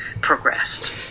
progressed